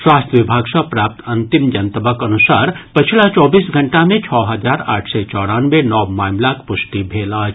स्वास्थ्य विभाग सँ प्राप्त अंतिम जनतबक अनुसार पछिला चौबीस घंटा मे छओ हजार आठ सय चौरानवे नव मामिलाक पुष्टि भेल अछि